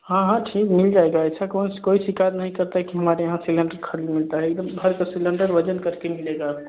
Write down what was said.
हाँ हाँ ठीक मिल जाएगा ऐसा कौन कोई शिकायत नहीं करता है कि हमारे यहाँ सिलेंडर ख़ाली मिलता है एक दम भर कर सिलेंडर वज़न कर के ही मिलेगा आपको